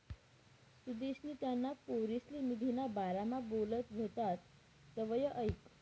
सुदेशनी त्याना पोरसले निधीना बारामा बोलत व्हतात तवंय ऐकं